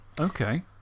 okay